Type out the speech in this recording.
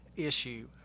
issue